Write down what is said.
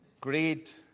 great